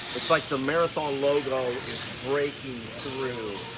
like the marathon logo is breaking through.